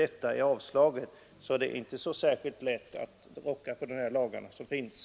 Det är alltså inte så lätt att rucka på gällande lag i det fallet.